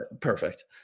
perfect